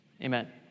Amen